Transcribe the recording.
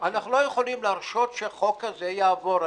אנחנו לא יכולים להרשות שהחוק הזה יעבור.